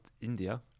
India